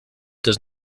does